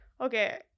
okay